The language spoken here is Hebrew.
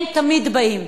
הם תמיד באים.